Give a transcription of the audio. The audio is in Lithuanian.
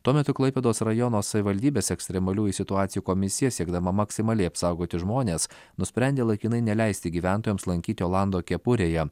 tuo metu klaipėdos rajono savivaldybės ekstremaliųjų situacijų komisija siekdama maksimaliai apsaugoti žmones nusprendė laikinai neleisti gyventojams lankyti olando kepurėje